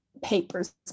papers